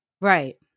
Right